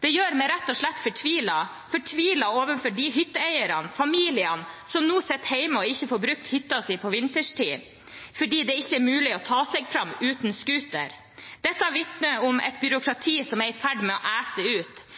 Det gjør meg rett og slett fortvilet, fortvilet på vegne av hytteeierne – familiene som nå sitter hjemme og ikke får brukt hytta si på vinterstid fordi det ikke er mulig å ta seg fram uten scooter. Dette vitner om et byråkrati som er i ferd med å ese ut.